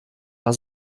war